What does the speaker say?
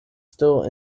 still